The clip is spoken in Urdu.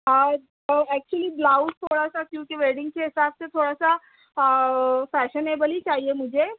تو ایکچولی بلاوز تھوڑا سا چونکہ ویڈنگ کے حساب سے تھوڑا سا فیشنیبل ہی چاہیے مجھے